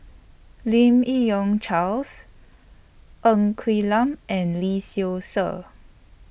Lim Yi Yong Charles Ng Quee Lam and Lee Seow Ser